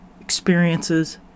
experiences